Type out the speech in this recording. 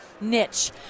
niche